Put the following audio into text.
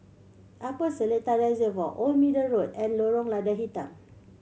Upper Seletar Reservoir Old Middle Road and Lorong Lada Hitam